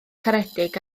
garedig